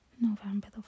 November